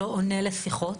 לא עונה לשיחות,